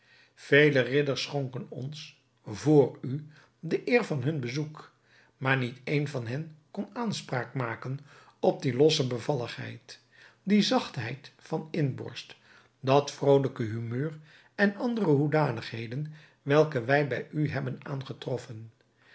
vele ridders schonken ons vr u de eer van hun bezoek maar niet een van hen kon aanspraak maken op die losse bevalligheid die zachtheid van inborst dat vrolijke humeur en andere hoedanigheden welke wij bij u hebben aangetroffen